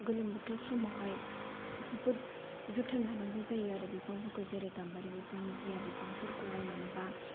गोलोम बोथोर समावहाय जोबोद जोथोन लानांगौ जायो आरो बिफांफोरखौ जेरै गाम्बारि बिफां जिया बिफांफोरखौहाय मानोना